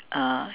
uh